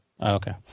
Okay